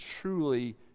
truly